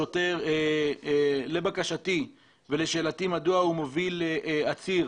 שוטר לבקשתי ולשאלתי מדוע הוא מוביל עציר